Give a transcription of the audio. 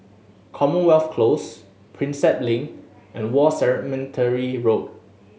Commonwealth Close Prinsep Link and War Cemetery Road